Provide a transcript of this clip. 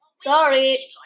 Sorry